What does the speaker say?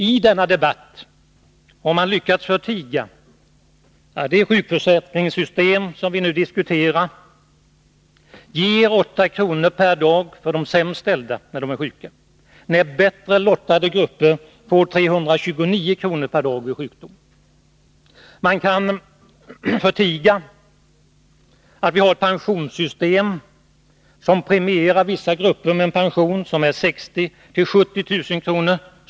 I denna debatt har man lyckats förtiga att det sjukförsäkringssystem som vi diskuterar ger 8 kr. per dag för de sämst ställda medan bättre lottade grupper får 329 kr. per dag när de är sjuka. Man kan förtiga att vårt pensionssystem premierar vissa grupper med &n pension som är 60 000-70 000 kr.